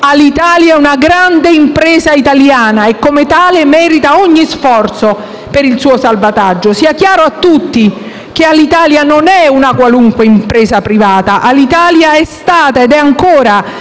Alitalia è una grande impresa italiana e, come tale, merita ogni sforzo per il suo salvataggio. Sia chiaro a tutti che Alitalia non è una qualunque impresa privata; Alitalia è stata ed è ancora